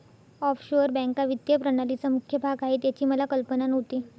offshore बँका वित्तीय प्रणालीचा मुख्य भाग आहेत याची मला कल्पना नव्हती